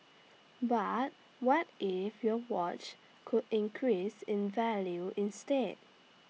but what if your watch could increase in value instead